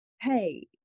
hey